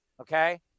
okay